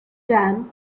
dam